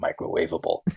microwavable